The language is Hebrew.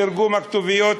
תרגום הכתוביות,